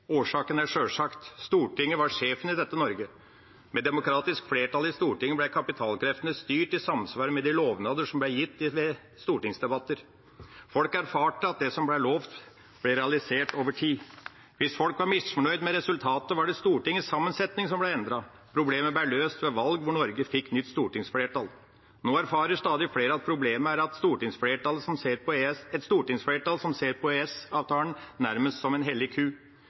Årsaken er sjølsagt: Stortinget var sjefen i dette Norge. Med demokratisk flertall i Stortinget ble kapitalkreftene styrt i samsvar med de lovnader som ble gitt ved stortingsdebatter. Folk erfarte at det som ble lovd, ble realisert over tid. Hvis folk var misfornøyd med resultatet, var det Stortingets sammensetning som ble endret. Problemet ble løst ved valg der Norge fikk nytt stortingsflertall. Nå erfarer stadig flere at problemet er et stortingsflertall som ser på EØS-avtalen nærmest som ei hellig ku.